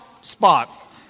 spot